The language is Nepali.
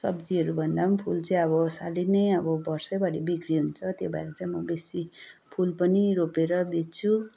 सब्जीहरूभन्दा पनि फुल चाहिँ अब सारै नै अब वर्षैभरी बिक्री हुन्छ त्यही भएर म बेसी फुल पनि रोपेर बेच्छु